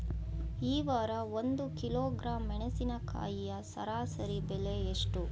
ಈ ವಾರ ಒಂದು ಕಿಲೋಗ್ರಾಂ ಮೆಣಸಿನಕಾಯಿಯ ಸರಾಸರಿ ಬೆಲೆ ಎಷ್ಟು?